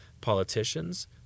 politicians